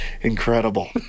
Incredible